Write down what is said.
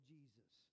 Jesus